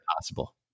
possible